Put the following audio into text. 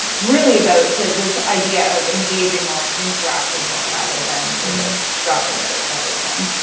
really about this idea of and gaging more and interacting more rather than sort of dropping out of everything,